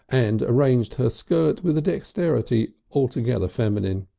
and arranged her skirt with a dexterity altogether feminine.